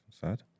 sad